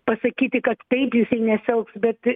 pasakyti kad taip nesielgs bet